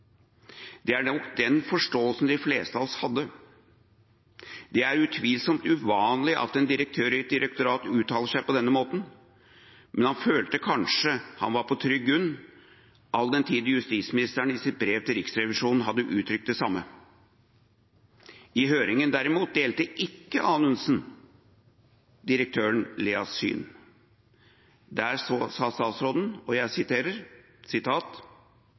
Det er nok den forståelsen de fleste av oss hadde. Det er utvilsomt uvanlig at en direktør i et direktorat uttaler seg på denne måten, men han følte kanskje han var på trygg grunn all den tid justisministeren i sitt brev til Riksrevisjonen hadde uttrykt mye av det samme. I høringen derimot delte ikke statsråd Anundsen direktør Leas syn. Der sa statsråden: «Alle – i hvert fall så vidt jeg